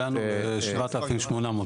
הגענו ל-7,800.